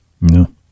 No